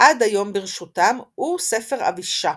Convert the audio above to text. עד היום ברשותם, הוא "ספר אבישע".